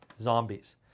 zombies